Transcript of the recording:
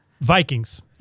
Vikings